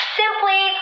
simply